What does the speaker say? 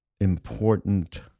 important